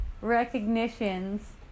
recognitions